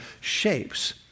shapes